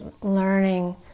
learning